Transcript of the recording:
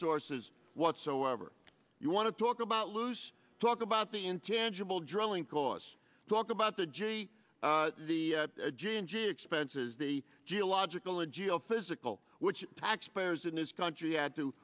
sources whatsoever you want to talk about loose talk about the intangible drilling cause talk about the g the g and g expenses the geological a geophysical which taxpayers in this country add to